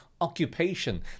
occupation